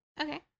Okay